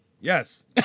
yes